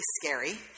scary